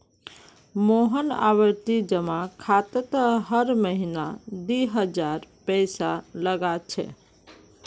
मोहन आवर्ती जमा खातात हर महीना दी हजार पैसा लगा छे